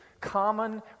common